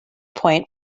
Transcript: point